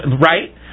right